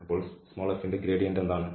അപ്പോൾ f ന്റെ gradient എന്താണ്